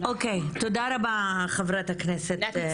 אוקיי, תודה רבה חברת הכנסת נעמה לזימי.